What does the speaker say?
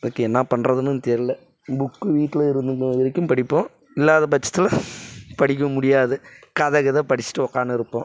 இதுக்கு என்ன பண்ணுறதுன்னும் தெரில புக்கு வீட்டில் இருந்தும் வரைக்கும் படிப்போம் இல்லாத பட்சத்தில் படிக்க முடியாது கதை கிதை படிஷ்கிட்டு உக்கான்னுருப்போம்